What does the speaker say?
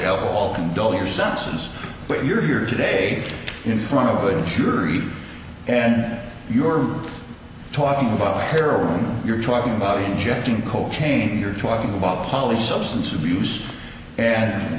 alcohol can build your senses but you're here today in front of a jury and you're talking about her own you're talking about injecting cocaine you're talking about holly's substance abuse and